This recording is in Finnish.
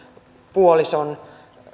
puolison